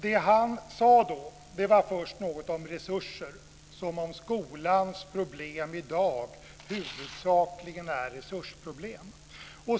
Det han då sade var först något om resurser, som om skolans problem i dag huvudsakligen är resursproblem.